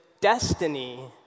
destiny